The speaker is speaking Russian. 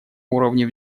уровне